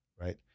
right